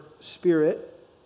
spirit